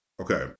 Okay